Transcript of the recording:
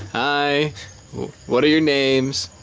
hi what are your names?